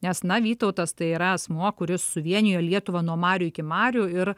nes na vytautas tai yra asmuo kuris suvienijo lietuvą nuo marių iki marių ir